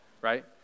right